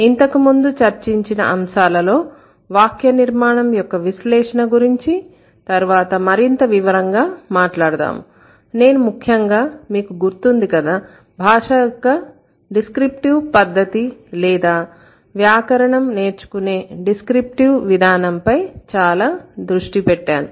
ఇంతకుముందు చర్చించిన అంశాలలో వాక్యనిర్మాణం యొక్క విశ్లేషణగురించి తరువాత మరింత వివరంగా మాట్లాడుదాము నేను ముఖ్యంగా మీకు గుర్తు ఉంది కదా భాష యొక్క డిస్క్రిప్టివ్ పద్ధతి లేదా వ్యాకరణం నేర్చుకునే డిస్క్రిప్టివ్ విధానంపై చాలా దృష్టి పెట్టాను